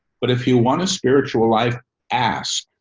but if you want a spiritual life ass